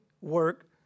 work